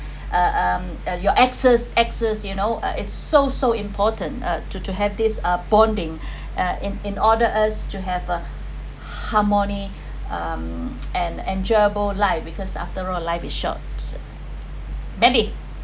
err your exsess exsess you know it's so so important uh to to have this uh bonding uh in in order us to have a harmony um and enjoyable life because after all our life is short mandy